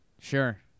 Sure